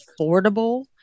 affordable